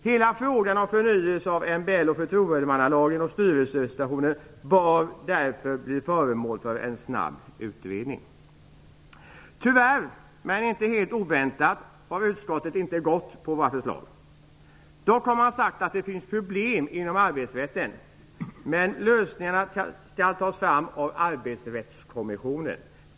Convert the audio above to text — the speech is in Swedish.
Hela frågan om förnyelse av MBL, förtroendemannalagen och styrelserepresentationen bör därför bli föremål för en snabb utredning. Tyvärr, men inte helt oväntat, har utskottet inte gått på vårt förslag. Man har dock sagt att det finns problem inom arbetsrätten, men lösningarna skall tas fram av Arbetsrättskommissionen.